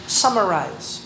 summarize